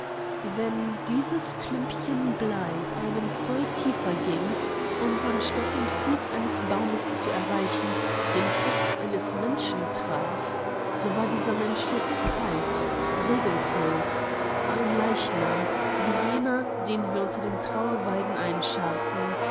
wenn dieses klümpchen blei einen zoll tiefer ging und anstatt den fuß eines baumes zu erreichen den kopf eines menschen traf so war dieser mensch jetzt kalt regungslos war ein leichnam wie jener den wir unter den trauerweiden einscharrten